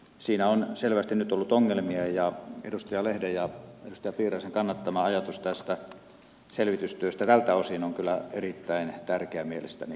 siinä on selvästi nyt ollut ongelmia ja edustaja lehden ja edustaja piiraisen kannattama ajatus selvitystyöstä tältä osin on kyllä erittäin tärkeä mielestäni